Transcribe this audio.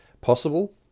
possible